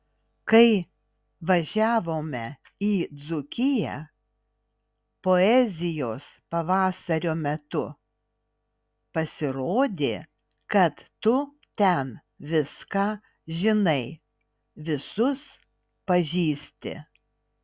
kai važiavome į dzūkiją poezijos pavasario metu pasirodė kad tu ten viską žinai visus pažįsti